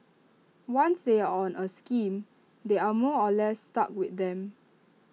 once they are on A scheme they are more or less stuck with them